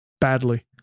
Badly